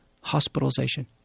hospitalization